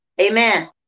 Amen